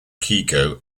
keiko